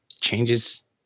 changes